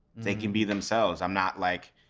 they can be themselves. i'm not like